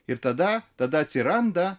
ir tada tada atsiranda